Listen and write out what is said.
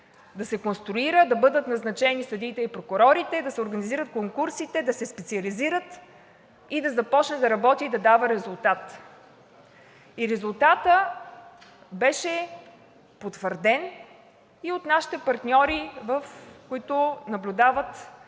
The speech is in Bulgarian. да се конструира, да бъдат назначени съдиите и прокурорите, да се организират конкурсите, да се специализират и да започне да работи и да дава резултат. Резултатът беше потвърден и от нашите партньори, които наблюдават